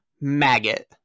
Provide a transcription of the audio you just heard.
Maggot